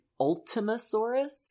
Ultimasaurus